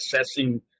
assessing